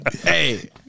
Hey